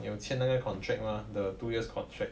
有签那个 contract mah the two years contract